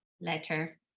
letter